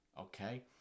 Okay